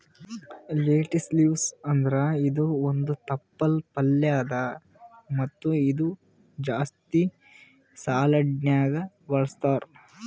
lettuce leaves ಅಂದುರ್ ಇದು ಒಂದ್ ತಪ್ಪಲ್ ಪಲ್ಯಾ ಅದಾ ಮತ್ತ ಇದು ಜಾಸ್ತಿ ಸಲಾಡ್ನ್ಯಾಗ ಬಳಸ್ತಾರ್